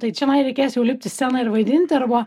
tai čia man reikės jau lipt į sceną ir vaidinti arba